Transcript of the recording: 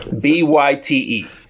B-Y-T-E